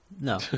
No